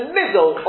middle